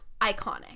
iconic